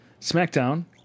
Smackdown